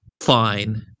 fine